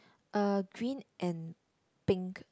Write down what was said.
uh green and pink